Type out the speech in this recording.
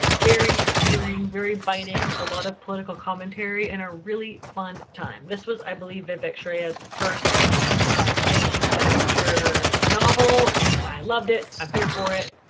very searing, very biting. a lot of political commentary and a really fun time. this was, i believe, vivek shraya's first full-length feature novel and i loved it. i'm here for it.